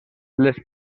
les